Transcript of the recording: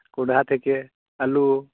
ᱠᱚᱦᱚᱸᱰᱟ ᱛᱷᱮᱠᱮ ᱟᱞᱩ